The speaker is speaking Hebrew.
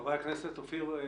חבר הכנסת אופיר כץ,